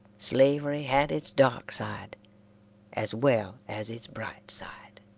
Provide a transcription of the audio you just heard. slavery had its dark side as well as its bright side.